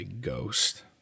Ghost